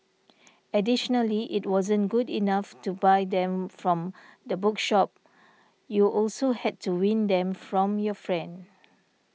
additionally it wasn't good enough to buy them from the bookshop you also had to win them from your friend